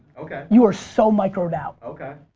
okay. you are so micro-ed out. okay.